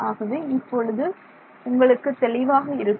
ஆகவே இப்போது உங்களுக்கு தெளிவாக இருக்கும்